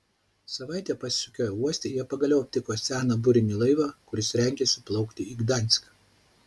savaitę pasisukioję uoste jie pagaliau aptiko seną burinį laivą kuris rengėsi plaukti į gdanską